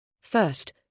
First